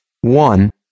One